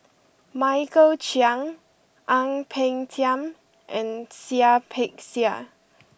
Michael Chiang Ang Peng Tiam and Seah Peck Seah